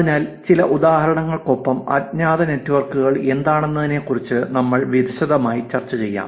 അതിനാൽ ചില ഉദാഹരണങ്ങൾക്കൊപ്പം അജ്ഞാത നെറ്റ്വർക്കുകൾ എന്താണെന്നതിനെക്കുറിച്ച് നമ്മൾ വിശദമായി ചർച്ച ചെയ്യാം